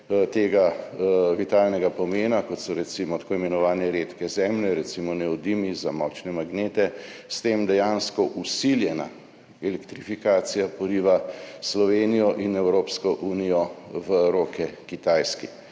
tega vitalnega pomena, kot so recimo tako imenovane redke zemlje, recimo neodimi za močne magnete, s tem dejansko vsiljena elektrifikacija poriva Slovenijo in Evropsko unijo v roke Kitajski.